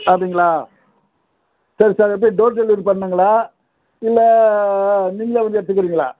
அப்படிங்களா சரி சார் எப்படி டோர் டெலிவரி பண்ணணுங்களா இல்லை நீங்களே வந்து எடுத்துக்கிறிங்களா